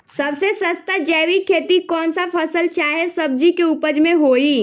सबसे सस्ता जैविक खेती कौन सा फसल चाहे सब्जी के उपज मे होई?